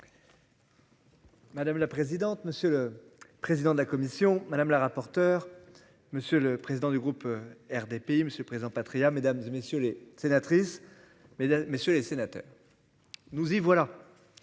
Madame la présidente, monsieur le président de la commission, madame la rapporteure. Monsieur le président du groupe RDPI Monsieur Président Patriat mesdames et messieurs les sénatrice, mesdames, messieurs les sénateurs. Nous y voilà.